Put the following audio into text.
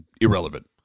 Irrelevant